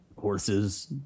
horses